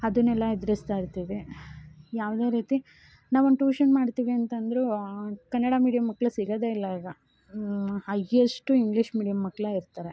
ಅದುನ್ನೆಲ್ಲ ಎದುರಿಸ್ತಾ ಇರ್ತೀವಿ ಯಾವುದೇ ರೀತಿ ನಾವೊಂದು ಟ್ಯೂಷನ್ ಮಾಡ್ತೀವಿ ಅಂತಂದರು ಕನ್ನಡ ಮೀಡಿಯಮ್ ಮಕ್ಳು ಸಿಗೋದೇ ಇಲ್ಲ ಈಗ ಹೈಯೆಸ್ಟು ಇಂಗ್ಲೀಷ್ ಮೀಡಿಯಮ್ ಮಕ್ಕಳೇ ಇರ್ತಾರೆ